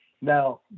Now